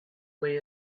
way